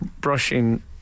brushing